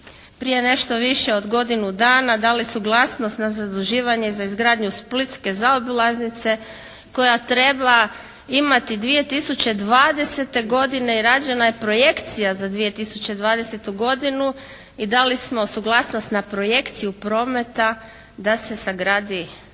prije nešto više od godinu dana dali suglasnost na zaduživanje za izgradnju splitske zaobilaznice koja treba imati 2020. godine i rađena je projekcija za 2020. godinu i dali smo suglasnost na projekciju prometa da se sagradi